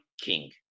king